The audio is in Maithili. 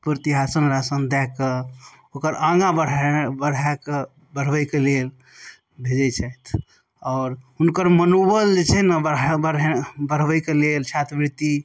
दए कऽ ओकर आगा बढ़ाकऽ बढ़बैके लेल भेजै छथि आओर हुनकर मनोबल जे छै ने बढ़ै बढ़बैके लेल छात्रवृत्ति